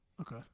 okay